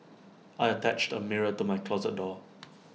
I attached A mirror to my closet door